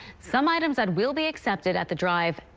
some items that will be accepted at the drive,